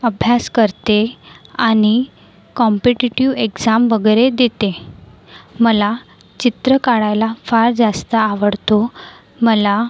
अभ्यास करते आणि कॉम्पेटिटीव एक्साम वगैरे देते मला चित्रं काढायला फार जास्त आवडतो मला